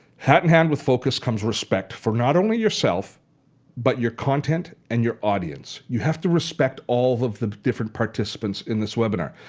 hand in hand with focus comes respect for not only yourself but your content and your audience. you have to respect all of the different participants in this webinar.